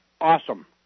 awesome